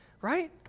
Right